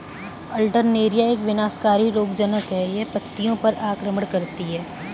Alternaria एक विनाशकारी रोगज़नक़ है, यह पत्तियों पर आक्रमण करती है